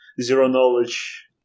zero-knowledge